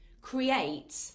create